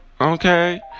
Okay